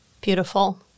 Beautiful